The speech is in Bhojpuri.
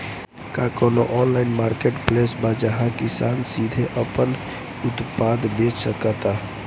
का कोनो ऑनलाइन मार्केटप्लेस बा जहां किसान सीधे अपन उत्पाद बेच सकता?